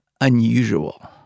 unusual